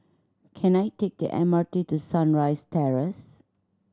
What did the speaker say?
can I take the M R T to Sunrise Terrace